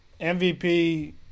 MVP